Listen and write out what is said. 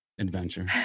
adventure